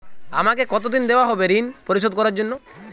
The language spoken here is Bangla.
আমাকে কতদিন দেওয়া হবে ৠণ পরিশোধ করার জন্য?